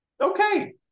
okay